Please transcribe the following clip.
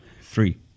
Three